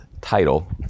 title